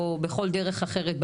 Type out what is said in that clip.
או בכל דרך אחרת,